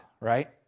right